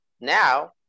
Now